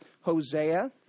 Hosea